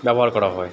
ব্যবহার করা হয়